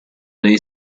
dei